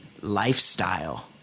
lifestyle